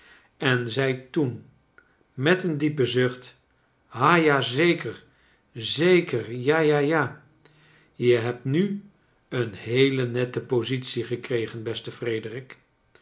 en zei toen met een diepen zucht ha ja zeker zeker ja ja ja je hebt nu een heele nette positie gekregen beste frederik